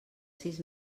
sis